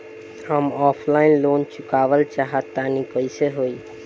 हम offline loan चुकावल चाहऽ तनि कइसे होई?